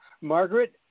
Margaret